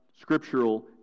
scriptural